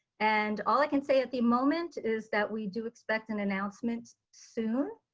and all i can say at the moment is that we do expect an announcement soon.